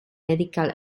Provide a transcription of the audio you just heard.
medical